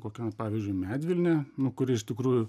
kokia pavyzdžiui medvilne nu kuri iš tikrųjų